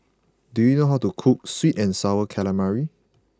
do you know how to cook Sweet and Sour Calamari